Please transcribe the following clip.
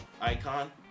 icon